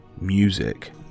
music